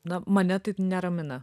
na mane tai neramina